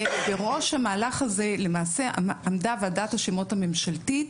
בראש המהלך הזה עמדה ועדת השמות הממשלתית